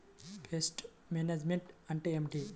Pest management అంటే ఏమిటి?